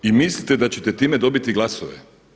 I mislite da ćete time dobiti glasove?